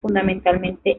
fundamentalmente